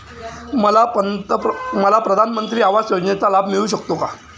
मला प्रधानमंत्री आवास योजनेचा लाभ मिळू शकतो का?